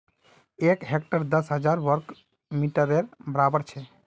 एक हेक्टर दस हजार वर्ग मिटरेर बड़ाबर छे